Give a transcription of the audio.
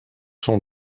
son